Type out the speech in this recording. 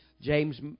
James